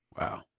Wow